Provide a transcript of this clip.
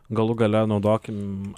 galų gale naudokim